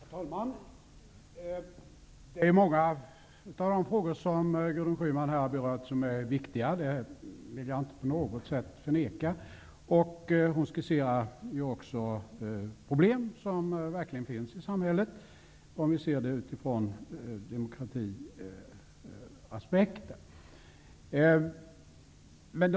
Herr talman! Det är många av de frågor som Gudrun Schyman här har berört som är viktiga -- det vill jag inte på något sätt förneka. Hon skisserar också problem som verkligen finns i samhället, sett ur demokratiaspekten.